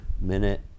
minute